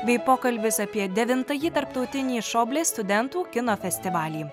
bei pokalbis apie devintąjį tarptautinį šoblės studentų kino festivalį